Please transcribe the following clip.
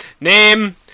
Name